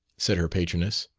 said her patroness.